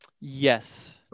Yes